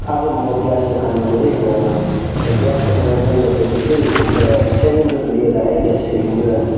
आज म ग्यास दोकानमा गएँ र ग्यास दोकानमा जाँदाखेरि चाहिँ र सिलिन्डर लिएर आएँ ग्यास सिलिन्डर है